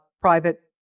private